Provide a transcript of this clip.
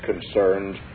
concerned